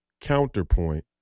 counterpoint